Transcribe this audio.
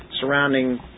surrounding